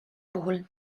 puhul